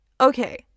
okay